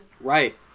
Right